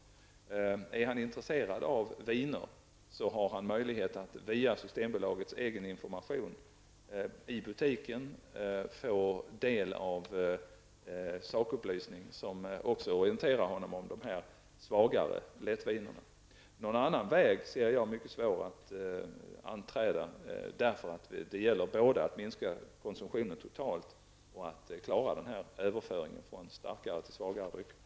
Är han intresserad av viner har han möjlighet att via Systembolagets egen information i butiken få del av sakupplysningar som också orienterar honom om de svagare lättvinerna. Jag ser det mycket svårt att anträda någon annan väg, eftersom det både gäller att minska konsumtionen totalt och att klara överföringen från starkare till svagare drycker.